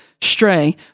stray